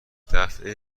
دفعه